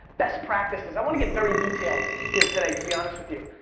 best practices, i wanna get very detailed here today, to be honest with you.